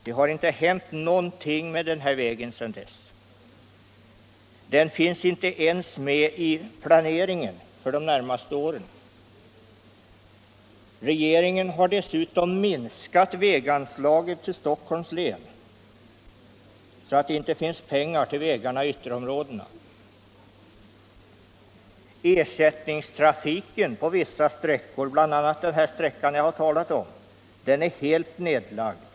Det har inte hänt någonting med den här vägen sedan dess. Den finns inte ens med i planeringen för de närmaste åren. Regeringen har dessutom minskat väganslaget till Stockholms län, så att det inte finns pengar till vägarna i ytterområdena. Ersättningstrafiken på vissa sträckor, bl.a. den sträcka jag här har talat om, är helt nedlagd.